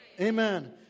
Amen